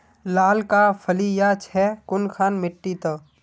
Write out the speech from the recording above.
लालका फलिया छै कुनखान मिट्टी त?